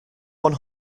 one